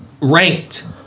ranked